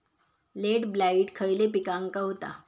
Late blight खयले पिकांका होता?